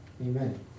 Amen